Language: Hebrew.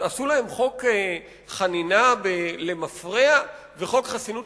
עשו להם חוק חנינה או חוק חסינות?